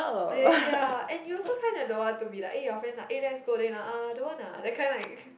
oh ya ya ya ya and you also kinda don't want to be like eh your friends ah eh let's go uh don't want ah that kind like